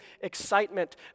excitement